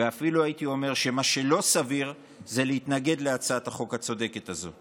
אפילו הייתי אומר שמה שלא סביר זה להתנגד להצעת החוק הצודקת הזו.